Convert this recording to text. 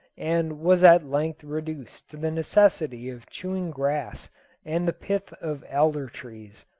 and was at length reduced to the necessity of chewing grass and the pith of alder trees.